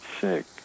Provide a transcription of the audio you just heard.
sick